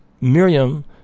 Miriam